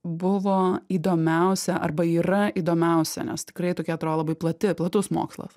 buvo įdomiausia arba yra įdomiausia nes tikrai tokia atrodo labai plati platus mokslas